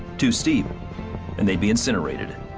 to steep and they'd be incinerated.